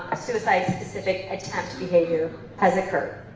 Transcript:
suicide-specific attempt behavior has occurred.